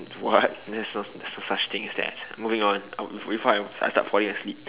what there's no there's no such thing as that moving on before I start falling asleep